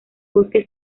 bosque